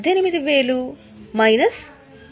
18000 minus రూ